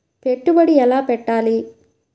పెట్టుబడి ఎలా పెట్టాలి?